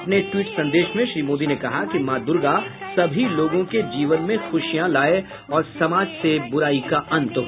अपने ट्वीट संदेश में श्री मोदी ने कहा कि माँ दुर्गा सभी लोगों के जीवन में खुशियां लाये और समाज से बुराई का अंत हो